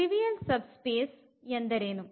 trivial subspace ಎಂದರೇನು